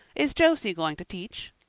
is josie going to teach?